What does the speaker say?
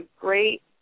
great